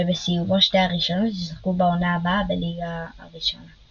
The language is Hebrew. שבסיומו שתי הראשונות ישחקו בעונה הבאה בליגה הראשונה.